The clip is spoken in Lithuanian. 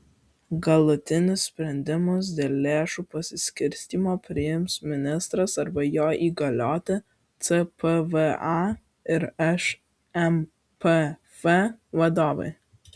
galutinius sprendimus dėl lėšų paskirstymo priims ministras arba jo įgalioti cpva ir šmpf vadovai